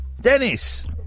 Dennis